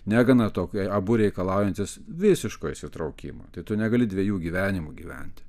negana to kai abu reikalaujantys visiško įsitraukimo tai tu negali dviejų gyvenimų gyventi